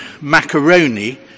macaroni